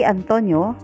Antonio